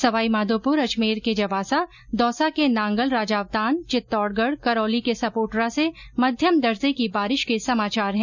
सवाई माधोप्र अजमेर के जवासा दौसा के नांगल राजावतान चित्तौड़गढ करौली के सपोटरा से मध्यम दर्जे की बारिश के समाचार हैं